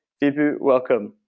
vibhushree, welcome.